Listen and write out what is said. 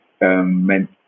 meant